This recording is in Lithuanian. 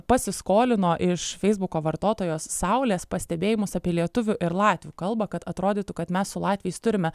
pasiskolino iš feisbuko vartotojos saulės pastebėjimus apie lietuvių ir latvių kalbą kad atrodytų kad mes su latviais turime